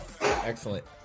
Excellent